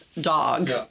dog